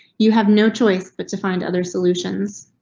you have no choice but to find other solutions.